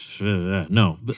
No